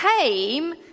came